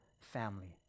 family